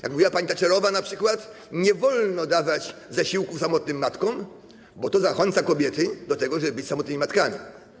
Jak mówiła pani Thatcherowa na przykład - nie wolno dawać zasiłku samotnym matkom, bo to zachęca kobiety do tego, żeby być samotnymi matkami.